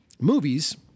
movies